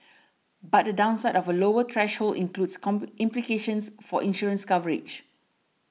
but the downside of a lower threshold includes implications for insurance coverage